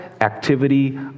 activity